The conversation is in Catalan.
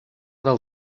del